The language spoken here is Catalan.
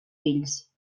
fills